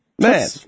Man